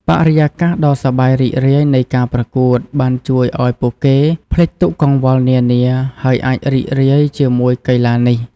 បរិយាកាសដ៏សប្បាយរីករាយនៃការប្រកួតបានជួយឱ្យពួកគេភ្លេចទុក្ខកង្វល់នានាហើយអាចរីករាយជាមួយកីឡានេះ។